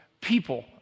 people